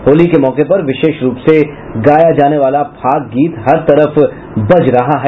होली के मौके पर विशेष रूप से गाया जाने वाला फाग गीत हर तरफ बज रहा हैं